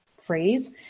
phrase